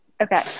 Okay